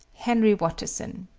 henry watterson,